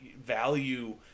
value